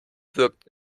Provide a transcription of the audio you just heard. wirkt